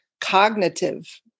cognitive